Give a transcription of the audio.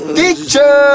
teacher